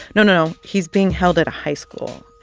no, no, no, he's being held at a high school.